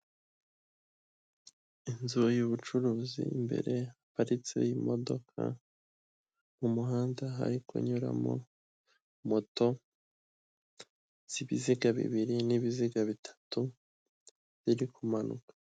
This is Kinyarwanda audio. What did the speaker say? Inzu y'ubucuruzi imbere haparitse imodoka, mu muhanda hari kunyuramo moto z'ibiziga bibiri, n'ibiziga bitatu, ziri ku manuka.